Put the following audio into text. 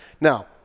Now